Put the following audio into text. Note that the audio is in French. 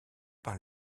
par